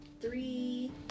three